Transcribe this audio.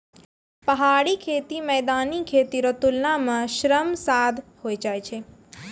पहाड़ी खेती मैदानी खेती रो तुलना मे श्रम साध होय जाय छै